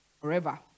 forever